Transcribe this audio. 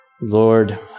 Lord